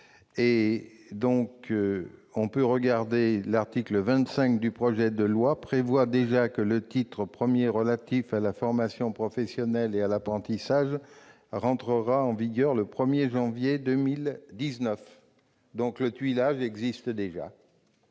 31 décembre 2018. Or l'article 25 du projet de loi prévoit déjà que le titre I, relatif à la formation professionnelle et à l'apprentissage, entrera en vigueur au 1 janvier 2019. Le tuilage existe donc